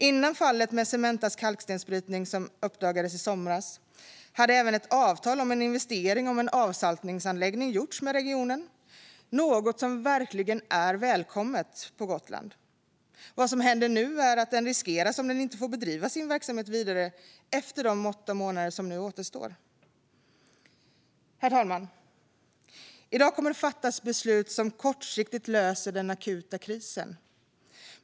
Innan fallet med Cementas kalkstensbrytning uppdagades i somras hade även ett avtal om en investering i en avsaltningsanläggning träffats med regionen - något som verkligen är välkommet på Gotland. Vad som händer nu är att den riskeras om de inte får bedriva sin verksamhet vidare efter de åtta månader som nu återstår. Herr talman! I dag kommer det att fattas beslut som kortsiktigt löser den akuta krisen.